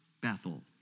Bethel